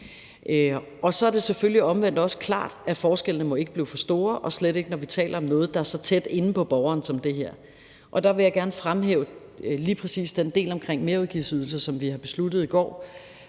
Og så er det selvfølgelig omvendt også klart, at forskellene ikke må blive for store, og slet ikke når vi taler om noget, der er så tæt inde på borgeren som det her. Der vil jeg gerne fremhæve lige præcis den del omkring merudgiftsydelser, som vi har besluttet i går,